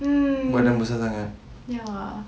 hmm ya